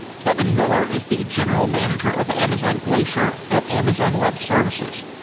kevin miller is the general manager of amazon glacier at amazon web services.